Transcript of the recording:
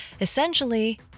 Essentially